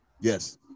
Yes